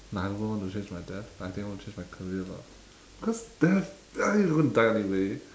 no I don't even want to change my death I think I want to change my career lah cause death ya I mean we are going to die anyway